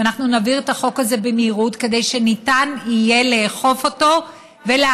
ואנחנו נעביר את החוק הזה במהירות כדי שניתן יהיה לאכוף אותו להפסיק